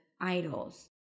idols